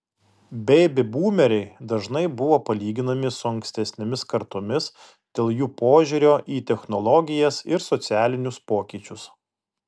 beibi būmeriai dažnai buvo palyginami su ankstesnėmis kartomis dėl jų požiūrio į technologijas ir socialinius pokyčius